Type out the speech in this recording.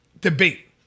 debate